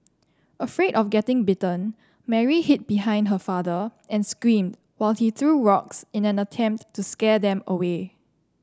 afraid of getting bitten Mary hid behind her father and screamed while he threw rocks in an attempt to scare them away